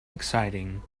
exciting